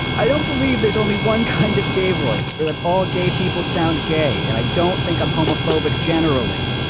i don't believe there's only one kind of gay voice, or that all gay people sound gay. and i don't think i'm homophobic generally.